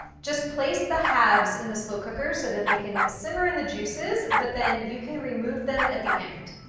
just place the halves in the slow cooker so that they can simmer in the juices but then you can remove them at the end.